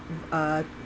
uh